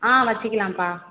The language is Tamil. ஆ வெச்சிக்கலாம்ப்பா